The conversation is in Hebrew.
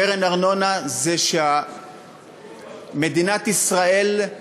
קרן ארנונה זה שמדינת ישראל,